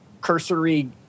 cursory